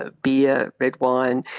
ah beer, red wine,